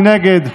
מי נגד?